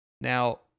Now